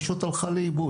כי היא פשוט הלכה לאיבוד.